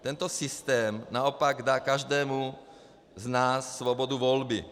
Tento systém naopak dá každému z nás svobodu volby.